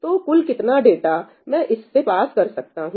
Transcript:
तो कुल कितना डाटा मैं इससे पास कर सकता हूं